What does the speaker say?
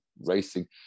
racing